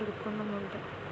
എടുക്കുന്നുമുണ്ട്